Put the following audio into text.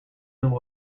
new